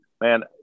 man